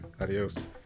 Adios